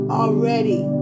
already